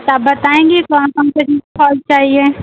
तब बताएंगी त फल चाहिए